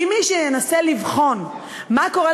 כי מי שינסה לבחון מה קורה,